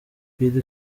billy